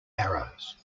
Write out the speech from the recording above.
arrows